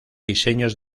diseños